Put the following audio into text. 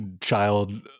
child